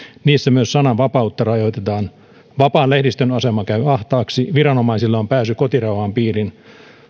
niissä myös sananvapautta rajoitetaan vapaan lehdistön asema käy ahtaaksi viranomaisilla on pääsy kotirauhan piiriin